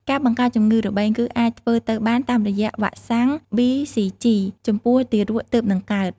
ការបង្ការជំងឺរបេង គឺអាចធ្វើទៅបានតាមរយៈវ៉ាក់សាំងប៊ីស៊ីជី ចំពោះទារកទើបនឹងកើត។